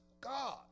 God